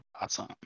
awesome